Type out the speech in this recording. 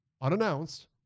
unannounced